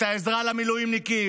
את העזרה למילואימניקים,